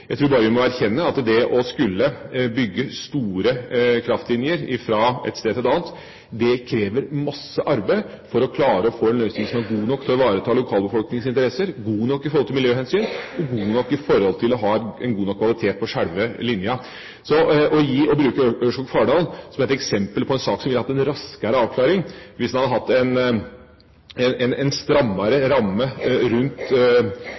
Jeg tror bare vi må erkjenne at det å skulle bygge store kraftlinjer fra et sted til et annet krever mye arbeid for å klare å få en løsning som er god nok til å ivareta lokalbefolkningens interesser, god nok med tanke på miljøhensyn og god nok til å ha en god nok kvalitet på sjølve linja. Så å bruke Ørskog–Fardal som et eksempel på en sak som ville hatt en raskere avklaring hvis man hadde hatt en